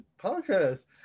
podcast